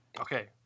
Okay